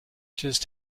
just